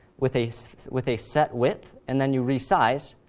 with a with a set width, and then you resize,